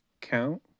count